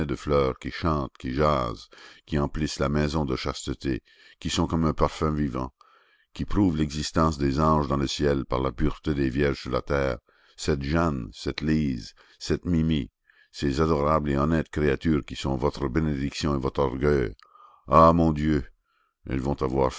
fleurs qui chantent qui jasent qui emplissent la maison de chasteté qui sont comme un parfum vivant qui prouvent l'existence des anges dans le ciel par la pureté des vierges sur la terre cette jeanne cette lise cette mimi ces adorables et honnêtes créatures qui sont votre bénédiction et votre orgueil ah mon dieu elles vont avoir